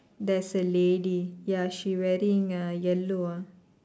there's a lady ya she wearing a yellow ah